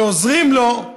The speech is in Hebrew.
ועוזרים לו,